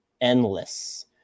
endless